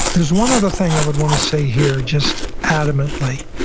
there's one other thing i would want to say here just adamantly,